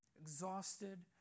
Exhausted